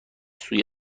سوی